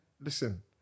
listen